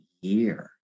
year